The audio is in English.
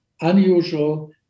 unusual